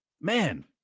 man